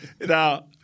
Now